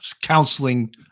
counseling